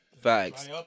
Facts